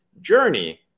journey